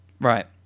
Right